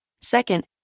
Second